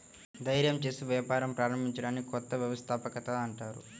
ధైర్యం చేసి వ్యాపారం ప్రారంభించడాన్ని కొత్త వ్యవస్థాపకత అంటారు